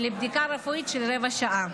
לבדיקה רפואית של רבע שעה.